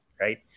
right